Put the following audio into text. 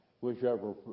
whichever